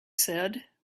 said